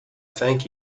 thank